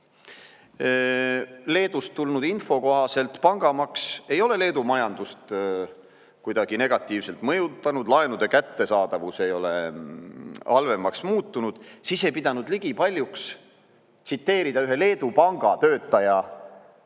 Leedust tulnud info kohaselt pangamaks ei ole Leedu majandust kuidagi negatiivselt mõjutanud, laenude kättesaadavus ei ole halvemaks muutunud, ei pidanud Ligi paljuks tsiteerida ühe Leedu pangatöötaja